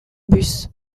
bus